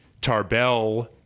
tarbell